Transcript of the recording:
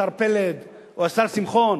השר פלד או השר שמחון,